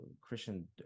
Christian